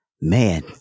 Man